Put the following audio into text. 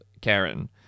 Karen